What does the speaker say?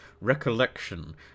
recollection